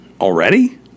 Already